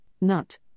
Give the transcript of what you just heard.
nut